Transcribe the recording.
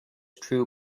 true